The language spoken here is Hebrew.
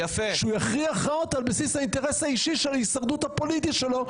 שהוא יכריע הכרעות על בסיס האינטרס האישי של ההישרדות הפוליטית שלו,